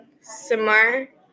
Samar